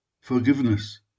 forgiveness